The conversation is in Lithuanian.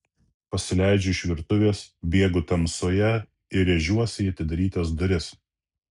pasileidžiu iš virtuvės bėgu tamsoje ir rėžiuosi į atidarytas duris